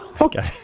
okay